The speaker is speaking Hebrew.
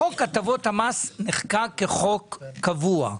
חוק הטבות המס נחקק כחוק קבוע.